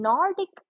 Nordic